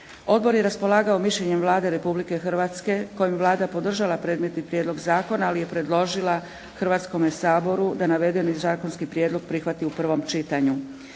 Odbor je raspolagao mišljenjem Vlade Republike Hrvatske kojim Vlada podržava predmetni prijedlog zakona, ali je predložila Hrvatskome saboru da navedeni zakonski prijedlog prihvati u prvom čitanju.